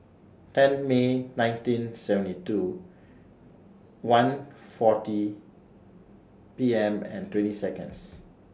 ten May nineteen seventy two one forty A M and twenty Seconds